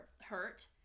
hurt